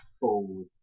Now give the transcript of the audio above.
forward